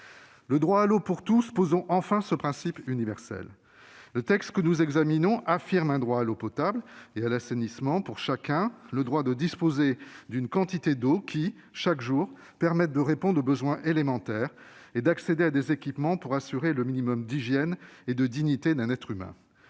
Le droit à l'eau pour tous : posons enfin ce principe universel ! Le texte que nous examinons affirme un droit à l'eau potable et à l'assainissement pour chacun, c'est-à-dire le droit de disposer d'une quantité d'eau qui, chaque jour, permette de répondre aux besoins élémentaires et d'accéder à des équipements pour assurer le minimum d'hygiène et de dignité d'un être humain.